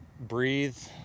Breathe